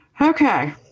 Okay